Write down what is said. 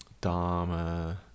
Dharma